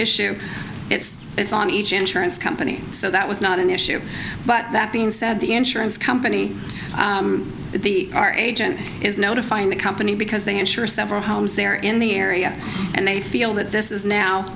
issue it's on each insurance company so that was not an issue but that being said the insurance company the our agent is notifying the company because they insure several homes there in the area and they feel that this is now